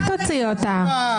אל תוציא אותה.